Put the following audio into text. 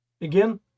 Again